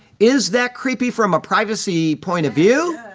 is that creepy from a privacy point of view?